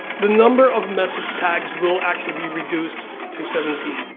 the number of message tags will actually be reduced to seventeen.